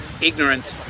ignorance